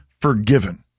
forgiven